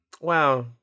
Wow